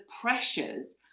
pressures